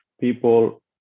people